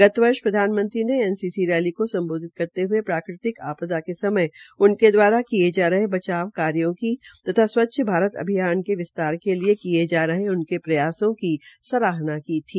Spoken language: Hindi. गत वर्ष प्रधानमंत्री ने एनसीसी को सम्बोधित करते हये प्राकृतिक आपदा के समय उनके द्वारा किये जा रहे बचाव कार्यो की तथा स्वच्छ भारत अभियान के विस्तार के लिए किये जा रहे उनके प्रयासों की सराहना की थी